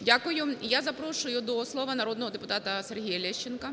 Дякую. Я запрошую до слова народного депутата Сергія Лещенка.